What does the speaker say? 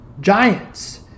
Giants